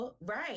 Right